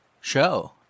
show